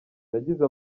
nagize